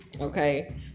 Okay